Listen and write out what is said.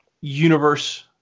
universe